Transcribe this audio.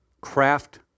craft